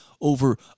over